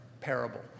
parable